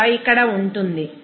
70 0